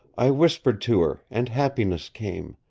i whispered to her and happiness came,